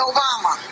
Obama